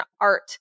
art